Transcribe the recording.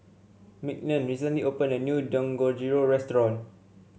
Mignon recently opened a new Dangojiru Restaurant